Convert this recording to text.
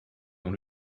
dans